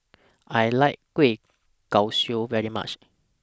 I like Kueh Kosui very much